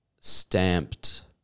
Stamped